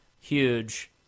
Huge